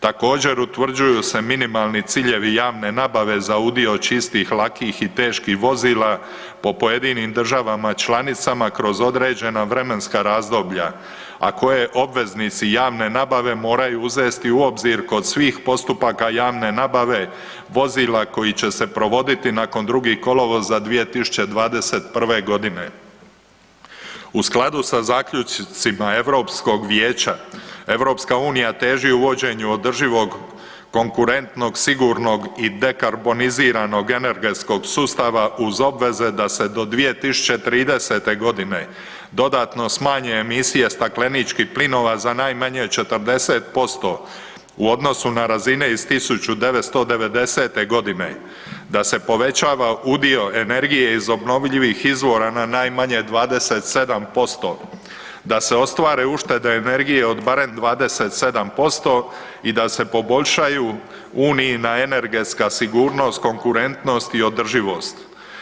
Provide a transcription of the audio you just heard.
Također, utvrđuju se minimalni ciljevi javne nabave za udio čistih, lakih i teških vozila po pojedinim državama članicama kroz određena vremenska razdoblja, a koje obveznici javne nabave moraju uzeti u obzir kod svi postupaka javne nabave vozila koja će se provoditi nakon 2. kolovoza 2021. g. U skladu sa zaključcima EU Vijeća, EU teži uvođenju održivog, konkurentnog, sigurnog i dekarboniziranog energetskog sustava uz obveze da se do 2030. g. dodatno smanje emisije stakleničkih plinova za najmanje 40% u odnosu na razine iz 1990. g., da se povećava udio energije iz obnovljivih izvora na najmanje 27%, da se ostvare uštede energije od barem 27% i da se poboljšaju Unijina energetska sigurnost, konkurentnost i održivost.